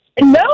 No